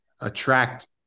attract